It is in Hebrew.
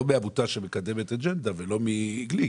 לא מעמותה שמקדמת אג'נדה ולא מגליק